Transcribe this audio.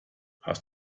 hast